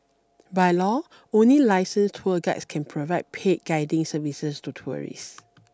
by law only licensed tourist guides can provide paid guiding services to tourists